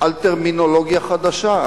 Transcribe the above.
על טרמינולוגיה חדשה.